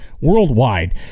worldwide